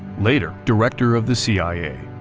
later director of the cia.